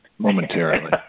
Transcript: Momentarily